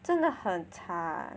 真的很差